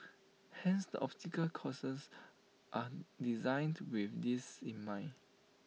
hence the obstacle courses are designed with this in mind